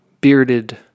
bearded